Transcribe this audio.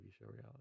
reality